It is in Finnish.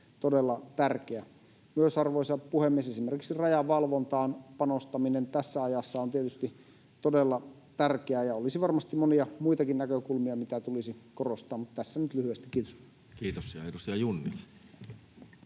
todella tärkeää. Myös, arvoisa puhemies, esimerkiksi rajavalvontaan panostaminen tässä ajassa on tietysti todella tärkeää. Ja olisi varmasti monia muitakin näkökulmia, mitä tulisi korostaa, mutta tässä nyt lyhyesti. — Kiitos. [Speech 326]